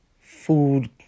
food